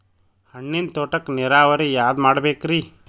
ಹಣ್ಣಿನ್ ತೋಟಕ್ಕ ನೀರಾವರಿ ಯಾದ ಮಾಡಬೇಕ್ರಿ?